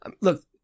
look